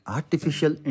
Artificial